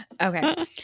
Okay